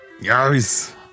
Yes